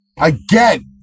Again